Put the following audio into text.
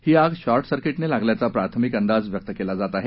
ही आग शॉर्ट सर्किटने लागल्याचा प्राथमिक अंदाज व्यक्त करण्यात येत आहे